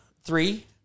Three